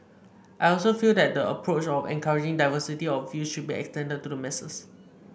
I also feel that the approach of encouraging diversity of views should be extended to the masses